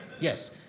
Yes